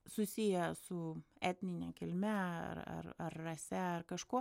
susiję su etnine kilme ar ar ar rase ar kažkuo